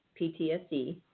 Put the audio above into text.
PTSD